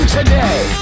today